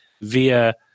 via